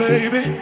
Baby